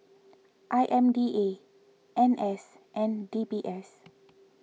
I M D A N S and D B S